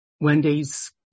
Wendy's